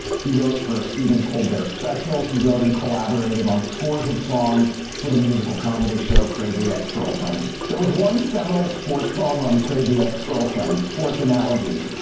he wrote for a stephen colbert special. he wrote and collaborated on scores of songs for the musical comedy show crazy ex-girlfriend. there was one seminal sports song on crazy ex-girlfriend sports analogies,